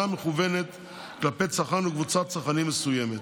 מכוונת כלפי צרכן או קבוצת צרכנים מסוימת.